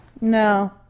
No